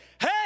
Hey